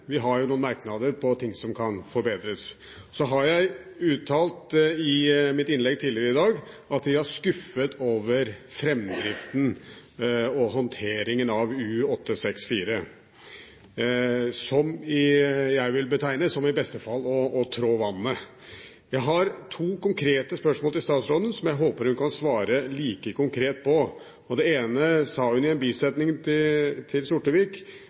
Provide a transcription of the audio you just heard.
vi har noen merknader på ting som kan forbedres. Så har jeg uttalt i mitt innlegg tidligere i dag at vi er skuffet over framdriften og håndteringen av U-864, som jeg vil betegne som i beste fall å trå vannet. Jeg har to konkrete spørsmål til statsråden, som jeg håper hun kan svare like konkret på. Det ene sa hun i en bisetning til Sortevik,